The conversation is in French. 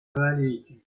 vallée